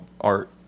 art